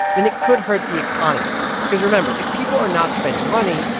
then it could hurt the economy because, remember, if people are not spending money,